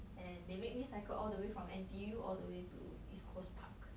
and they make me cycle all the way from N_T_U all the way to east coast park